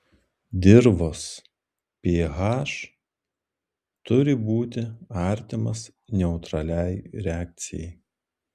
dirvos ph turi būti artimas neutraliai reakcijai